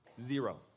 Zero